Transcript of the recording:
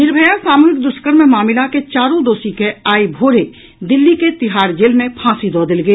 निर्भया सामूहिक दुष्कर्म मामिलाके चारू दोषी के आइ भोरे दिल्ली के तिहाड़ जेल मे फांसी दऽ देल गेल